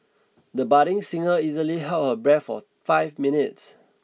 the budding singer easily held her breath for five minutes